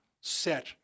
set